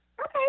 Okay